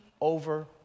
over